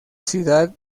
ciudad